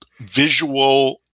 visual